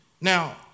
Now